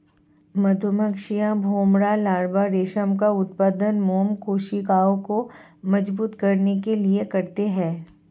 मधुमक्खियां, भौंरा लार्वा रेशम का उत्पादन मोम कोशिकाओं को मजबूत करने के लिए करते हैं